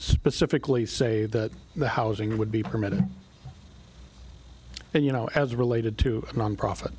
specifically say that the housing would be permitted and you know as related to nonprofit